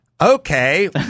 Okay